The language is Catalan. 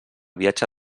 viatge